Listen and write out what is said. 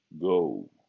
go